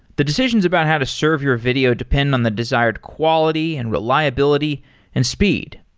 the decisions about how to serve your video depend on the desired quality and reliability and speed.